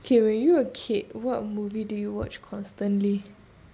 K when you were a kid what movie did you watch constantly